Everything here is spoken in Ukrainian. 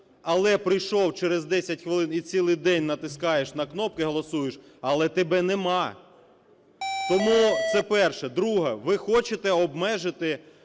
але прийшов через 10 хвилин і цілий день натискаєш на кнопки і голосуєш, але тебе нема. Тому це перше. Друге. Ви хочете обмежити